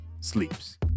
Sleeps